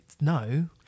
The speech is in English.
no